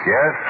Yes